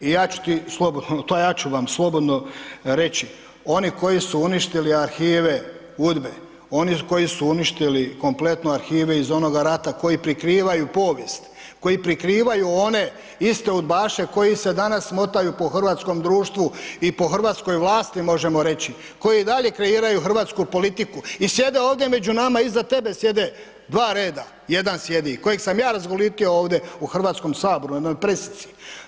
I ja ću ti, ja ću vam slobodno reći, oni koji su uništili arhive UDBA-e, oni koji su uništili kompletno arhive iz onoga rata koji prikrivaju povijest, koji prikrivaju one iste udbaše koji se danas motaju po hrvatskom društvu i po hrvatskoj vlasti možemo reći, koji i dalje kreiraju hrvatsku politiku i sjede ovdje među nama, iza tebe sjede dva reda, jedan sjedi kojeg sam ja razgulitio ovdje u Hrvatskom saboru na pressici.